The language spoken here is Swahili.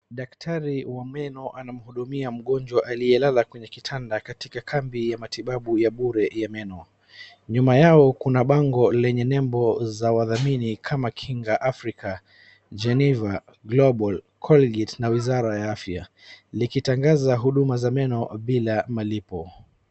Daktari wa meno anamhudumia mgonjwa aliyelala kwenye kitanda katika kambi ya matibabu ya bure ya meno. Nyuma yao kuna bango lenye nembo za wadhamini kama Kinga Africa, Geniva, Global, Colgate na Wizara ya Afya likitangaza huduma za meno bila malipo.